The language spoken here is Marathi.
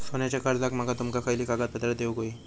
सोन्याच्या कर्जाक माका तुमका खयली कागदपत्रा देऊक व्हयी?